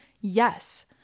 Yes